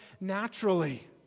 naturally